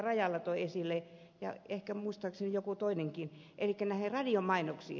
rajala toi esille ja ehkä joku toinenkin elikkä näihin radiomainoksiin